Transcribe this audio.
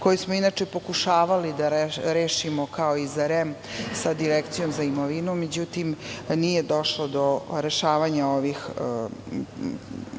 koji smo inače pokušavali da rešimo kao i za REM sa Direkcijom za imovinu, međutim, nije došlo do rešavanja ovih